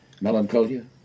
Melancholia